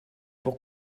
pour